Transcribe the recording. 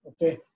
Okay